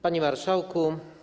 Panie Marszałku!